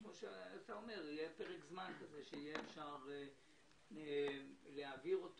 כמו שאתה אומר, יהיה פרק זמן שאפשר יהיה להעביר.